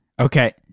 Okay